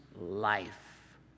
life